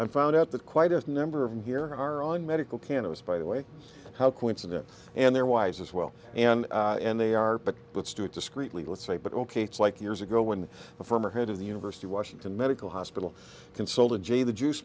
and found out that quite as number of them here are on medical cannabis by the way how coincidental and they're wise as well and and they are but let's do it discreetly let's say but ok it's like years ago when the former head of the university of washington medical hospital consoled a j the juice